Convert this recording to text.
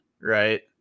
Right